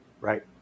right